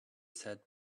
said